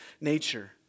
nature